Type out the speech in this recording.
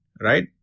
right